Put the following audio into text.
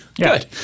Good